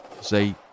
say